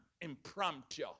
impromptu